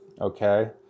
Okay